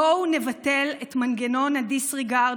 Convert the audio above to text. בואו נבטל את מנגנון הדיסרגרד,